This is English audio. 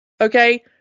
Okay